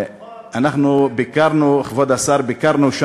אחמד טיבי הוא הכוכב.